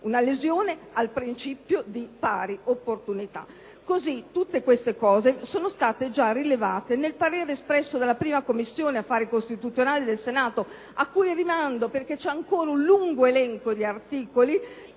una lesione al principio di pari opportunità. Tutti questi aspetti sono stati già rilevati nel parere espresso dalla Commissione affari costituzionali del Senato, a cui rimando, perché vi è ancora un lungo elenco di articoli